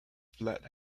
flat